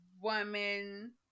woman